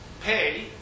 pay